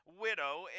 widow